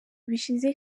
bishize